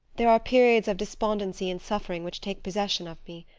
there are periods of despondency and suffering which take possession of me.